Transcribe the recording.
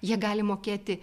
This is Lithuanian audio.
jie gali mokėti